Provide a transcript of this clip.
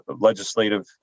legislative